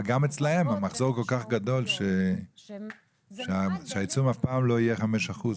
אבל גם אצלם המחזור כל כך גדול שהעיצום אף פעם לא יהיה חמישה אחוזים.